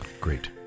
Great